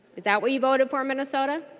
is that we you voted for minnesota?